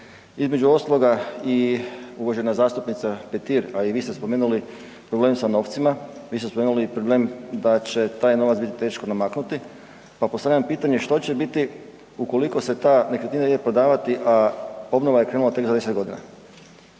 Između ostaloga i uvažena zastupnica Petir, i vi ste spomenuli problem sa novcima. Vi ste spomenuli problem da će taj novac biti teško namaknuti, pa postavljam pitanje što će biti ukoliko se ta nekretnina ide prodavati, a obnova je krenula tek za 10 godina.